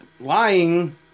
lying